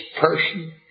person